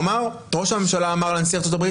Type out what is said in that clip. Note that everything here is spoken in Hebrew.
הוא אמר שראש הממשלה אמר לנשיא ארצות הברית